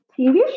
tv